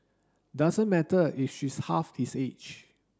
doesn't matter if she's half his age